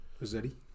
Rosetti